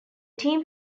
team